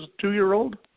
two-year-old